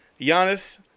Giannis